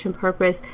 purpose